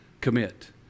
commit